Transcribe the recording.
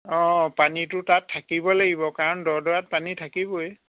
অঁ পানীটো তাত থাকিব লাগিব কাৰণ দ' ডৰাত পানী থাকিবই